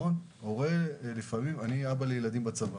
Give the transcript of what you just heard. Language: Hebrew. אני אבא לילדים בצבא